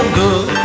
good